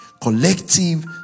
Collective